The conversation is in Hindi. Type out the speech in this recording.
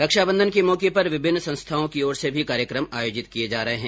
रक्षाबंधन के मौके पर विभिन्न संस्थानों की ओर से भी कार्यक्रम आयोजित किये जा रहे हैं